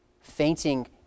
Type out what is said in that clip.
Fainting